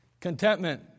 Contentment